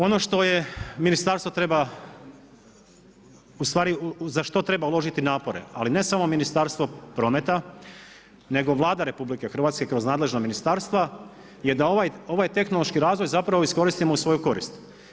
Ono što je ministarstvo treba, ustvari za što treba uložiti napore, ali ne samo Ministarstvo prometa, nego Vlada RH kroz nadležna ministarstva, je da ovaj tehnološki razvoj iskoristimo u svoju korist.